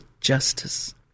justice